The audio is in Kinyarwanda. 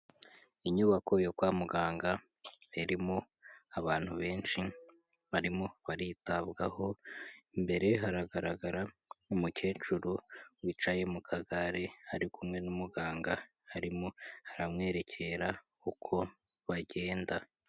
Inyubako yo kwa muganga irimo abantu benshi barimo baritabwaho, imbere haragaragara umukecuru wicaye mu kagare ari kumwe n'umuganga arimo aramwerekera uko bagenda.